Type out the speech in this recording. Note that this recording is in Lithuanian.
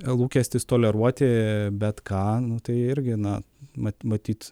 lūkestis toleruoti bet ką nu tai irgi na mat matyt